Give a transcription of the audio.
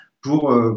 pour